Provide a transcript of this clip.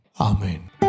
Amen